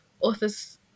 author's